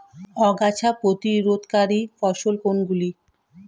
আগাছা প্রতিরোধকারী ফসল কোনগুলি?